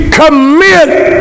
commit